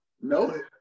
No